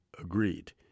agreed